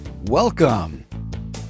Welcome